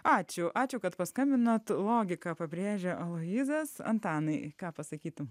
ačiū ačiū kad paskambinot logika pabrėžia aloyzas antanai ką pasakytum